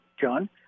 John